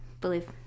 Believe